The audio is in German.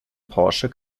porsche